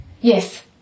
yes